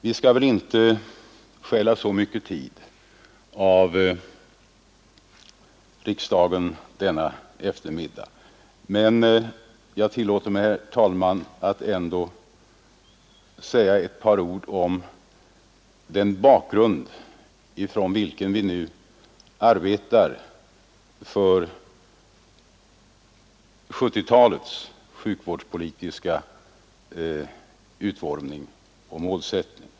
Vi skall väl inte här stjäla alltför mycket tid av riksdagen denna eftermiddag, men jag tillåter mig ändå säga några ord om bakgrunden för vårt arbete i dag när det gäller 1970-talets sjukvårdspolitiska utformning och målsättning.